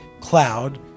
cloud